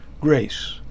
grace